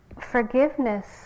Forgiveness